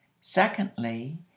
Secondly